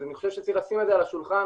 אני חושב שצריך לשים את זה על השולחן,